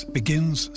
begins